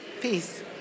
Peace